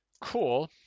Cool